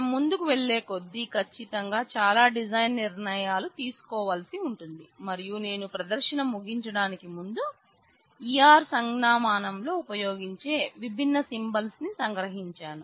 మనము ముందుకు వెళ్ళేకొద్దీ ఖచ్చితంగా చాలా డిజైన్ నిర్ణయాలు తీసుకోవాల్సి ఉంటుంది మరియు నేను ప్రదర్శన ముగించడానికి ముందు E R సంజ్ఞామానం లో ఉపయోగించే విభిన్న సింబల్స్ ని సంగ్రహించాను